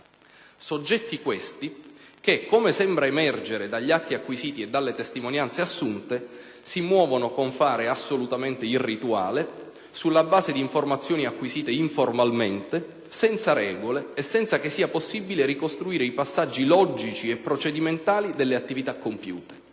Soggetti questi che, come sembra emergere dagli atti acquisiti e dalle testimonianze assunte, si muovono con fare assolutamente irrituale, sulla base di informazioni acquisite informalmente, senza regole e senza che sia possibile ricostruire i passaggi logici e procedimentali delle attività compiute.